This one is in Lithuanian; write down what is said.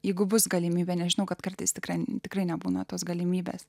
jeigu bus galimybė nežinau kad kartais tikrai tikrai nebūna tos galimybės